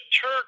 Turk